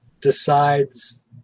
decides